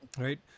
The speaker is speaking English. right